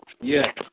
Yes